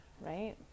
Right